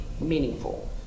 meaningful